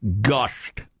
gushed